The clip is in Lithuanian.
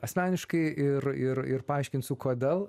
asmeniškai ir ir ir paaiškinsiu kodėl